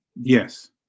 Yes